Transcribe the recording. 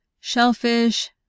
shellfish